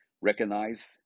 recognize